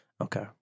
Okay